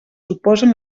suposen